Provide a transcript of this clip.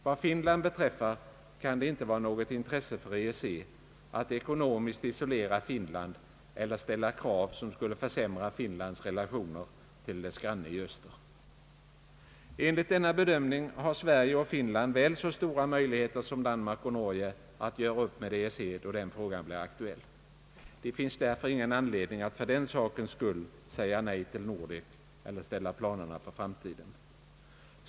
Vad Finland beträffar kan det inte vara något intresse för EEC att ekonomiskt isolera Finland eller ställa krav som skulle försämra Finlands relationer till dess granne i öster. Enligt denna bedömning har Sverige och Finland väl så stora möjligheter som Danmark och Norge att göra upp med EEC då den frågan blir aktuell. Det finns därför ingen anledning att för den sakens skull säga nej till Nordek eller ställa planerna på framtiden.